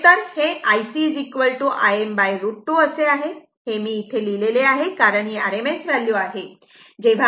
खरे तर हे IC Im√ 2 असे आहे हे मी इथे लिहिलेले आहे कारण ही RMS व्हॅल्यू आहे